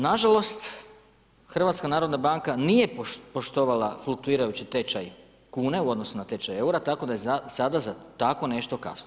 Nažalost HNB nije poštovala fluktuirajući tečaj kune u odnosu na tečaj eura, tako da je sada za tako nešto kasno.